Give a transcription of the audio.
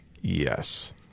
Yes